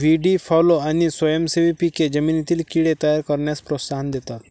व्हीडी fallow आणि स्वयंसेवी पिके जमिनीतील कीड़े तयार करण्यास प्रोत्साहन देतात